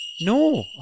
No